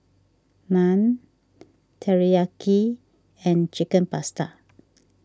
Naan Teriyaki and Chicken Pasta